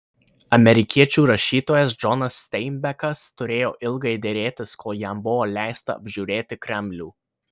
amerikiečių rašytojas džonas steinbekas turėjo ilgai derėtis kol jam buvo leista apžiūrėti kremlių